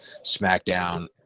smackdown